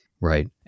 Right